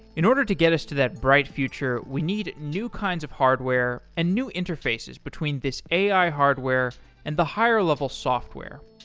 in order to get us to that bright future, we need new kinds of hardware and new interfaces between this ai hardware and the higher level software.